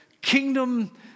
kingdom